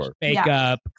Makeup